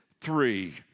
Three